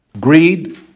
Greed